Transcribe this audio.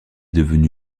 devenu